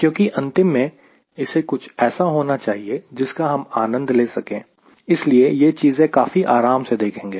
क्योंकि अंतिम में इसे कुछ ऐसा होना चाहिए जिसका हम आनंद ले सकें इसीलिए यह चीजें काफी आराम से देखेंगे